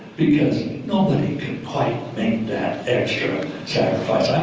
because nobody could quite make that extra sacrifice.